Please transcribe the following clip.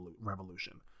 Revolution